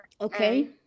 Okay